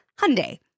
Hyundai